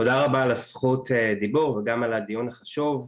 תודה רבה על זכות הדיבור וגם על הדיון החשוב.